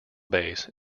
base